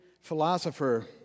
philosopher